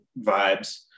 vibes